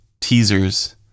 teasers